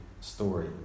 story